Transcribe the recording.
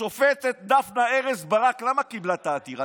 השופטת דפנה ארז ברק, למה קיבלה את העתירה?